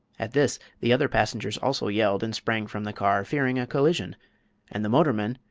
at this the other passengers also yelled and sprang from the car, fearing a collision and the motorman,